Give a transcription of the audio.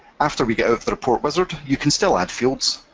after we get out of the report wizard, you can still add fields,